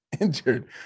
injured